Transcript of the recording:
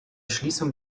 schließung